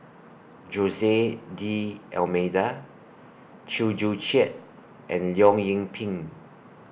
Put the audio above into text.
Jose D Almeida Chew Joo Chiat and Leong Yoon Pin